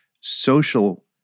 social